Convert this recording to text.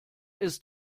ist